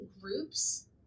groups